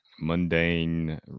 mundane